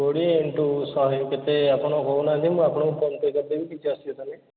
କୋଡ଼ିଏ ଇନ୍ଟୁ ଶହେ କେତେ ଆପଣ କହୁ ନାହାନ୍ତି ମୁଁ ଆପଣଙ୍କୁ ଫୋନ୍ପେ କରିଦେବି କିଛି ଅସୁବିଧା ନାହିଁ